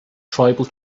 tribal